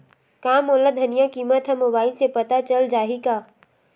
का मोला धनिया किमत ह मुबाइल से पता चल जाही का?